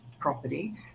property